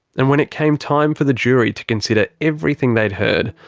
and when it came time for the jury to consider everything they'd heard,